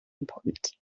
important